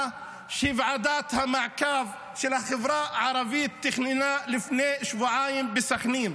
שוועדת המעקב של החברה הערבית תכננה לפני שבועיים בסח'נין,